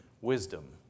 wisdom